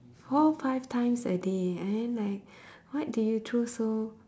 four fives times a day and then like what do you throw so